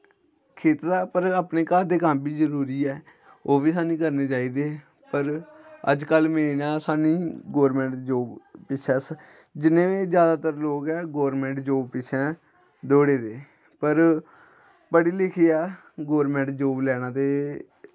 खेते दा पर अपने घर दे कम्म बी जरूरी ऐ ओह् बी सानूं करने चाहिदे हर अजकल्ल जि'यां सानूं गौरमैंट जॉब अस जिन्ने बी जैदातर लोग हैन गौरमैंट जॉब पिच्छै दौड़े दे पर पढ़ी लिखियै गौरमैंट जॉब लैना ते